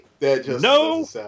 No